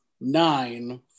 nine